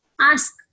ask